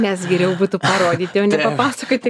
nes geriau būtų parodyti o ne papasakoti